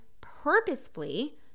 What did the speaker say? purposefully